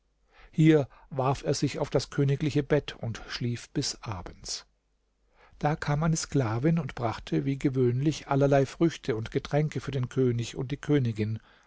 hier warf er sich auf das königliche bett und schlief bis abends da kam eine sklavin und brachte wie gewöhnlich allerlei früchte und getränke für den könig und die königin